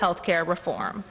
health care reform